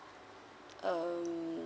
um